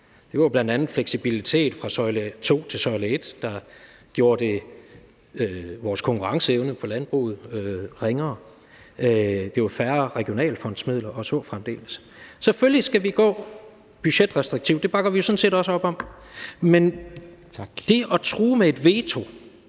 Det var bl.a. fleksibilitet fra søjle 2 til søjle 1, der gjorde vores konkurrenceevne på landbruget ringere. Det var færre regionalfondsmidler og så fremdeles. Selvfølgelig skal vi gå budgetrestriktivt til det, og det bakker vi sådan set også op om, men det at true med et veto